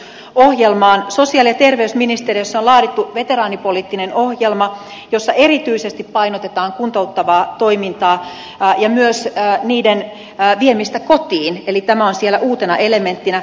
sosiaali ja terveysministeriössä on laadittu veteraanipoliittinen ohjelma jossa erityisesti painotetaan kuntouttavaa toimintaa ja myös sen viemistä kotiin eli tämä on siellä uutena elementtinä